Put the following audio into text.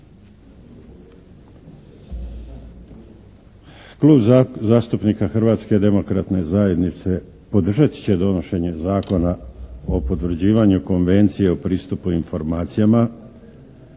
Klub zastupnika Hrvatske demokratske zajednice podržat će donošenje Zakona o potvrđivanju Konvencije o pristupu informacijama,